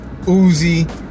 Uzi